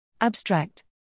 Abstract